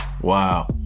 Wow